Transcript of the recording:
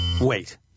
Wait